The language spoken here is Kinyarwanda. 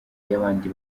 y’abandi